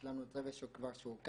יש לנו כבר צוות שהוקם,